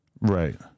Right